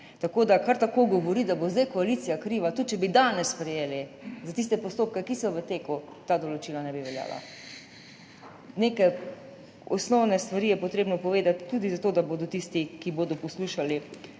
Tako da kar tako govoriti, da bo zdaj koalicija kriva, tudi če bi danes sprejeli, za tiste postopke, ki so v teku, ta določila ne bi veljala. Neke osnovne stvari je potrebno povedati tudi zato, da bodo tisti, ki bodo poslušali,